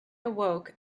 awoke